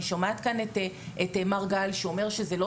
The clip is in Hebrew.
אני שומעת כאן את מר גל שאומר שזה לא